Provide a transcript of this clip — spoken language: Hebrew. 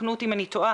תקנו אותי אם אני טועה,